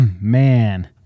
man